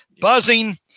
buzzing